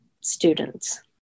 students